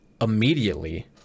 Immediately